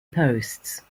posts